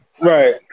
Right